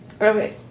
Okay